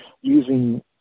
using